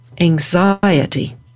anxiety